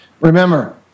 Remember